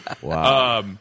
Wow